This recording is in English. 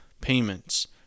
payments